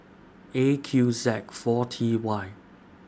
A Q Z four T Y